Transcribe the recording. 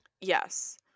Yes